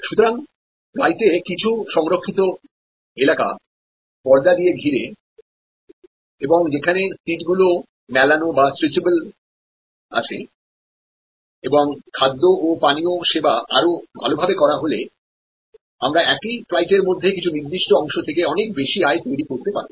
সুতরাং ফ্লাইটে কিছু সংরক্ষিত এলাকা পর্দা দিয়ে ঘিরে এবং যেখানে সিট গুলো মেলানো বাস্ট্রেচাবল থাকে এবং খাদ্য ও পানীয় পরিষেবা আরো ভালোভাবে করা হলে আমরা একই ফ্লাইট এর মধ্যে কিছু নির্দিষ্ট অংশ থেকে অনেক বেশি আয় তৈরি করতে পারব